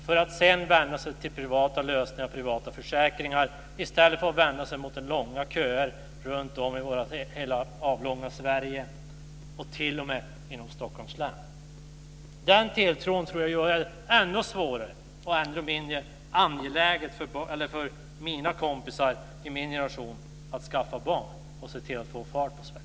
Sedan vänder man sig till privata lösningar och privata försäkringar i stället för att vända sig mot de långa köerna runtom i det avlånga Sverige och t.o.m. inom Stockholms län. Den tilltron tror jag är ännu svårare. Det blir ännu mindre angeläget för mina kompisar i min generation att skaffa barn och se till att få fart på Sverige.